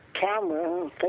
camera